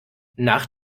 nach